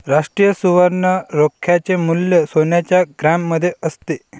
राष्ट्रीय सुवर्ण रोख्याचे मूल्य सोन्याच्या ग्रॅममध्ये असते